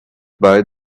buy